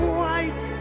white